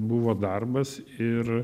buvo darbas ir